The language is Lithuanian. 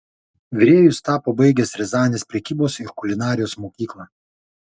virėju jis tapo baigęs riazanės prekybos ir kulinarijos mokyklą